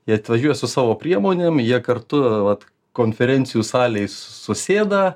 jie atvažiuos su savo priemonėm jie kartu vat konferencijų salėj susėda